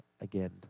again